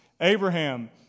Abraham